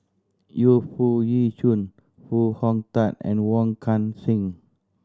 Yu Foo Yee Shoon Foo Hong Tatt and Wong Kan Seng